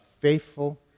Faithful